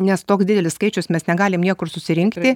nes toks didelis skaičius mes negalim niekur susirinkti